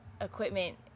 equipment